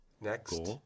Next